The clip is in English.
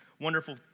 wonderful